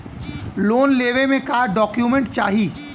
Loan लेवे मे का डॉक्यूमेंट चाही?